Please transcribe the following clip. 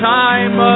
time